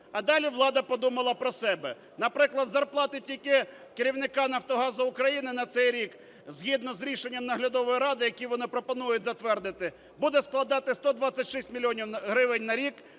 А далі влада подумала про себе. Наприклад, зарплати тільки керівника "Нафтогазу України" на цей рік згідно з рішенням наглядової ради, які вона пропонує затвердити, буде складати 126 мільйонів гривень на рік,